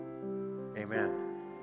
Amen